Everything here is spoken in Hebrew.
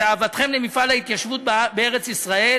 את אהבתכם למפעל ההתיישבות בארץ-ישראל,